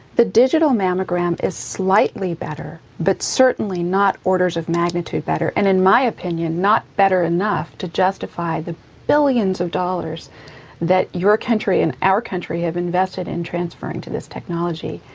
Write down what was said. the digital mammogram is slightly better but certainly not orders of magnitude better and in my opinion not better enough to justify the billions of dollars that your country and our country have invested in transferring to this technology.